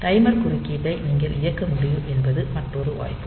timer குறுக்கீட்டை நீங்கள் இயக்க முடியும் என்பது மற்றொரு வாய்ப்பு